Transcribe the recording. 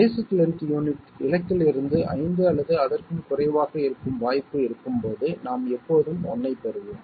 basic length unit இலக்கில் இருந்து 5 அல்லது அதற்கும் குறைவாக இருக்கும் வாய்ப்பு இருக்கும் போது நாம் எப்போதும் 1 ஐப் பெறுவோம்